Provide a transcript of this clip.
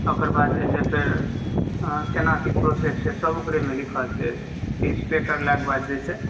आ ओकर बाद जे छै से केना की प्रॉसेस छै सब ओकरेमे लिखल छै फीस पे करलाक बाद जे छै